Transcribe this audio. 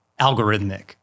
algorithmic